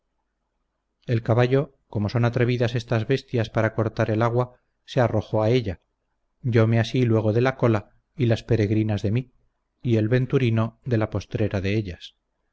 el caballo como son atrevidas estas bestias para cortar el agua se arrojó a ella yo me así luego de la cola y las peregrinas de mí y el venturino de la postrera de ellas